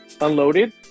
unloaded